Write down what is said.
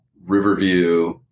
Riverview